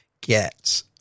get